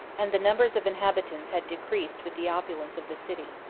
and the numbers of inhabitants had decreased with the opulence of the city.